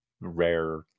rare